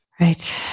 Right